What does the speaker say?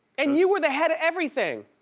and you were the head of everything.